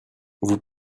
vous